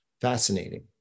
fascinating